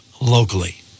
locally